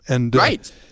Right